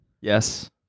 Yes